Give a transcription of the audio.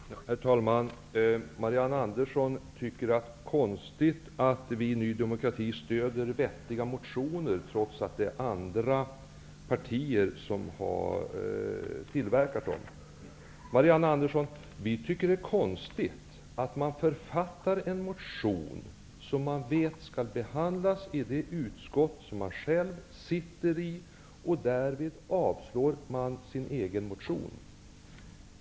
Herr talman! Marianne Andersson tycker att det är konstigt att vi i Ny demokrati stöder vettiga motioner, trots att det är andra partier som har tillverkat dem. Vi tycker att det är konstigt att man författar en motion som man vet skall behandlas i det utskott som man själv sitter i och där man avstyrker sin egen motion.